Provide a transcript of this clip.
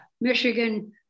Michigan